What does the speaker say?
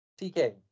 TK